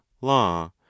law